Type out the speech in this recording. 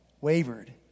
wavered